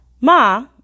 Ma